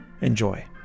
Enjoy